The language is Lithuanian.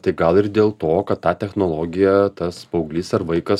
tai gal ir dėl to kad tą technologiją tas paauglys ar vaikas